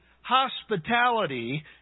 hospitality